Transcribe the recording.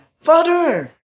Father